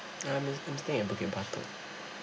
I'm I'm staying at bukit batok